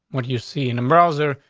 what you see in a browser,